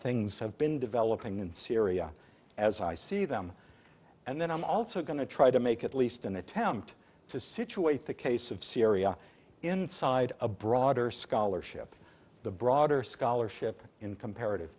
things have been developing in syria as i see them and then i'm also going to try to make at least an attempt to situate the case of syria inside a broader scholarship the broader scholarship in comparative